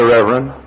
Reverend